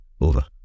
over